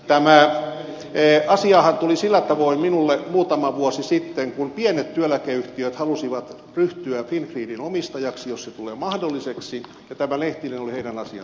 tämä asiahan tuli sillä tavoin minulle muutama vuosi sitten kun työeläkeyhtiöt halusivat ryhtyä fingridin omistajaksi jos se tulee mahdolliseksi ja tämä lehtinen oli heidän asiantuntijansa